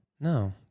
No